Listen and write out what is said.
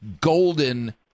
golden